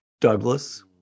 Douglas